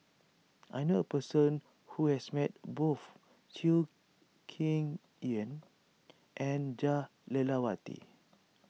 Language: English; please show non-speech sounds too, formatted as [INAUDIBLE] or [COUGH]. I knew a person who has met both Chew Kheng [UNINTELLIGIBLE] and Jah Lelawati